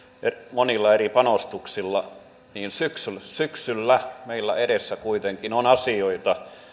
monilla eri panostuksilla niin syksyllä syksyllä meillä edessä kuitenkin on asioita